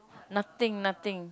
nothing nothing